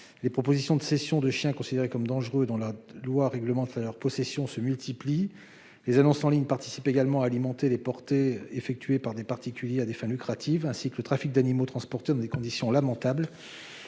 Les propositions de cession de chiens considérés comme dangereux, dont la loi réglemente la possession, se multiplient. Les annonces en ligne participent également à alimenter les portées effectuées par des particuliers à des fins lucratives, ainsi que le trafic d'animaux transportés dans des conditions lamentables.